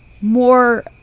more